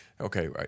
okay